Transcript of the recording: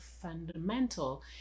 fundamental